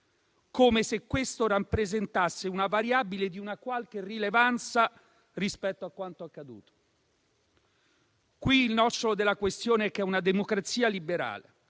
come se questo rappresentasse una variabile di una qualche rilevanza rispetto a quanto accaduto. Qui il nocciolo della questione è che una democrazia liberale,